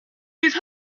these